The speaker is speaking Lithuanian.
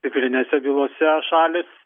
civilinėse bylose šalys